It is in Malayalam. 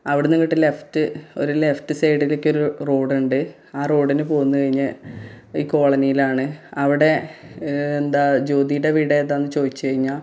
അവിടുന്നിങ്ങോട്ട് ലെഫ്റ്റ് ഒര് ലെഫ്റ്റ് സൈഡിലേക്കൊരു റോഡുണ്ട് ആ റോഡിന് പോന്ന് കഴിഞ്ഞാല് ഈ കോളനിയിലാണ് അവിടെ എന്താ ജ്യോതിയുടെ വീടേതാണെന്ന് ചോദിച്ചുകഴിഞ്ഞാല്